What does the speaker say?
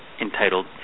entitled